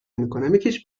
میکنم، یکیش